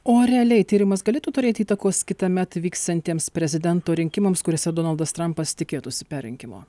o realiai tyrimas galėtų turėti įtakos kitąmet vyksiantiems prezidento rinkimams kuriuose donaldas trampas tikėtųsi perrinkimo